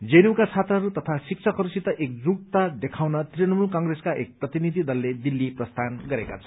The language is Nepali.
जेएनयूका छात्राहरू तथा शिक्षकहरूसित एकजुटता देखाउन तृणमूल कंग्रेसका एक प्रतिनिधि दलले दिल्ली प्रस्थान गरेका छन्